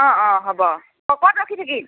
অ অ হ'ব ক'ত ৰখি থাকিম